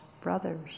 brothers